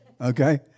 Okay